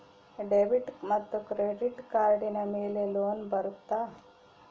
Debit ಮತ್ತು credit ಕಾರ್ಡಿನ ಮೇಲೆ ಲೋನ್ ಬರುತ್ತಾ?